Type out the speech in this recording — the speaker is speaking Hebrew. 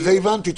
הבנתי.